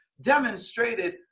demonstrated